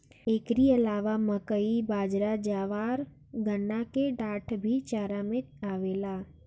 एकरी अलावा मकई, बजरा, ज्वार, गन्ना के डाठ भी चारा में आवेला